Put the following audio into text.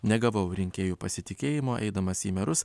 negavau rinkėjų pasitikėjimo eidamas į merus